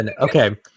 okay